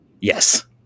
Yes